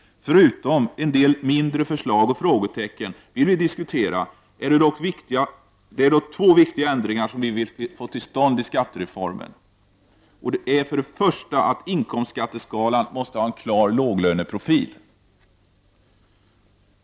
Förutom en del mindre förslag och frågetecken vi vill diskutera är det dock två viktiga ändringar som vi vill få till stånd i skattereformen. För det första måste inkomstskatteskalan få en klar låglöneprofil.